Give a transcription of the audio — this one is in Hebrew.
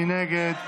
מי נגד?